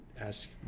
ask